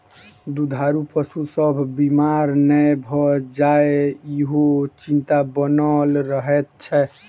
दूधारू पशु सभ बीमार नै भ जाय, ईहो चिंता बनल रहैत छै